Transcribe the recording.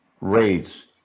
raids